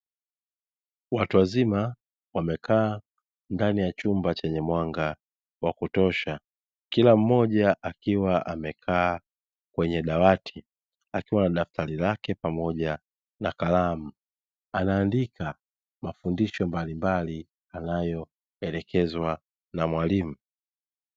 Watu wazima wamekaa ndani ya chumba chenye mwanga wa kutosha kila mmoja akiwa amekaa kwenye dawati, akiwa na daftari lake pamoja na kalamu anaandika mafundisho mbalimbali anayo elekezwa na mwalimu.